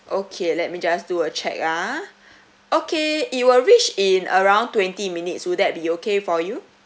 okay let me just do a check ah okay it will reach in around twenty minutes would that be okay for you